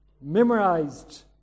memorized